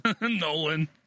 Nolan